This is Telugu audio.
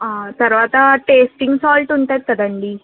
తర్వాతా టేస్టింగ్ సాల్ట్ ఉంటది కదండీ